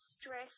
stress